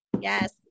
Yes